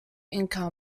income